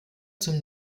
zum